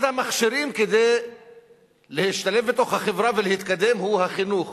אחד המכשירים להשתלב בתוך החברה ולהתקדם הוא החינוך.